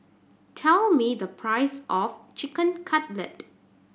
tell me the price of Chicken Cutlet